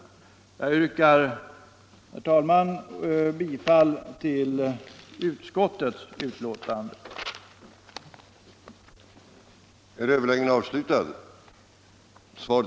Jag yrkar som sagt, herr talman, bifall till utskottets hemställan i dess helhet.